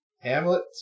Hamlet